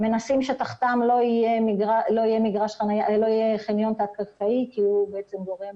מנסים שתחתם לא יהיה חניון תת קרקעי כי הוא גורם